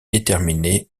déterminé